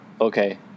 Okay